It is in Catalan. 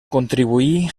contribuí